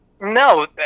No